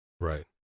Right